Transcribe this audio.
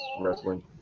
wrestling